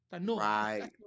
Right